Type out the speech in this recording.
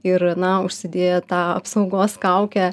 ir na užsidėję tą apsaugos kaukę